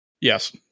Yes